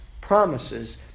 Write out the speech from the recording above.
promises